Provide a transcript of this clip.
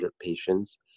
patients